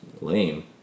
lame